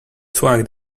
swung